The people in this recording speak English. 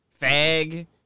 Fag